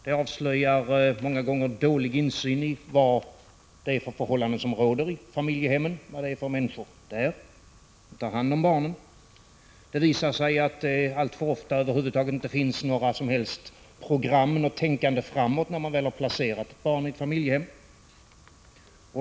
Man avslöjar också en många gånger dålig insyn i fråga om de förhållanden som råder i familjehemmen — man avslöjar vad det är för människor som tar hand om barnen. Det visar sig att det alltför ofta inte finns några som helst program, något tänkande framåt, när barnet väl har placerats i familjehem.